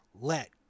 let